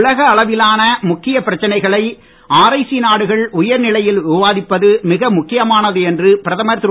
உலக அளவிலான முக்கியப் பிரச்சனைகளை ஆர்ஐசி நாடுகள் உயர் நிலையில் விவாதிப்பது மிக முக்கியமானது என்று பிரதமர் திரு